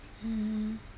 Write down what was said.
mm